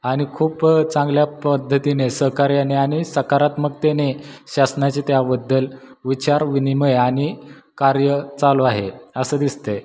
आणि खूप चांगल्या पद्धतीने सहकार्याने आणि सकारात्मकतेने शासनाचे त्याबद्दल विचार विनिमय आणि कार्य चालू आहे असं दिसते